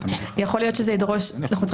יכול להיות שזה ידרוש אנחנו צריכים